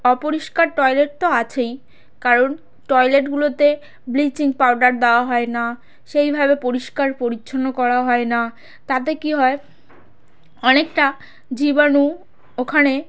অপরিষ্কার টয়লেট তো আছেই কারণ টয়লেটগুলোতে ব্লিচিং পাউডার দেওয়া হয় না সেইভাবে পরিষ্কার পরিচ্ছন্ন করা হয় না তাতে কী হয় অনেকটা জীবাণু ওখানে